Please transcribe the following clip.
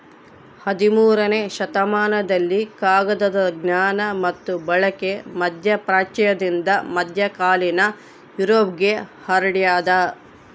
ಹದಿಮೂರನೇ ಶತಮಾನದಲ್ಲಿ ಕಾಗದದ ಜ್ಞಾನ ಮತ್ತು ಬಳಕೆ ಮಧ್ಯಪ್ರಾಚ್ಯದಿಂದ ಮಧ್ಯಕಾಲೀನ ಯುರೋಪ್ಗೆ ಹರಡ್ಯಾದ